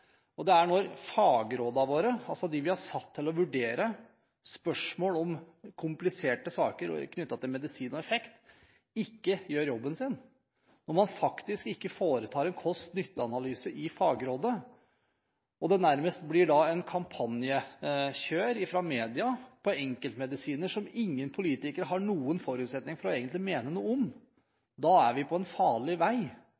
og det er når fagrådene våre – dem vi har satt til å vurdere spørsmål om kompliserte saker knyttet til medisin og effekt – ikke gjør jobben sin, og når man faktisk ikke foretar en kost–nytte-analyse i fagrådet, og det nærmest blir et kampanjekjør fra media på enkeltmedisiner som ingen politikere har noen forutsetning for egentlig å mene noe